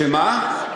שמה?